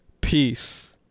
peace